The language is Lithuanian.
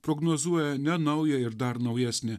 prognozuoja ne naują ir dar naujesnį